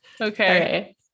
okay